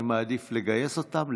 אני מעדיף לגייס אותם,